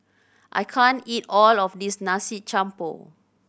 I can't eat all of this Nasi Campur